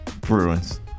Bruins